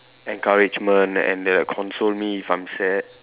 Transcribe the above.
encouragement and they'll like console me if I'm sad